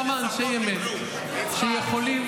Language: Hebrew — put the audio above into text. שיכולים,